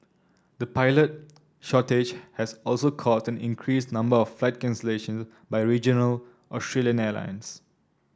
the pilot shortage has also caused an increased number of flight cancellations by regional Australian airlines